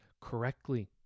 correctly